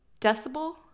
decibel